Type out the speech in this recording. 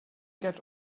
get